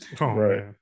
Right